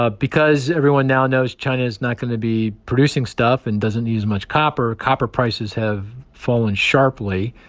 ah because everyone now knows china's not going to be producing stuff and doesn't need much copper, copper prices have fallen sharply.